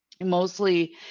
mostly